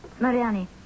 Mariani